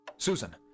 Susan